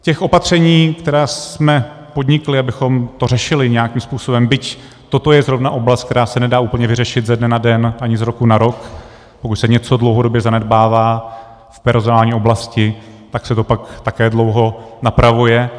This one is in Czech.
Těch opatření, která jsme podnikli, abychom to řešili nějakým způsobem, byť toto je zrovna oblast, která se nedá úplně vyřešit ze dne na den ani z roku na rok, pokud se něco dlouhodobě zanedbává v personální oblasti, tak se to pak také dlouho napravuje.